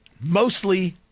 Mostly